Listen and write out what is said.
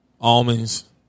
Almonds